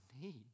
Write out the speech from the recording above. need